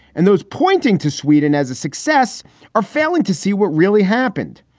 and those pointing to sweden as a success are failing to see what really happened.